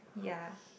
yeah